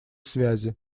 связи